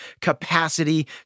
capacity